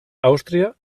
àustria